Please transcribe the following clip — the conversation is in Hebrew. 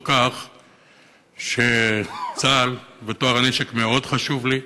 כך שצה"ל וטוהר הנשק מאוד חשובים לי,